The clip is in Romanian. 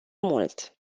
mult